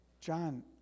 John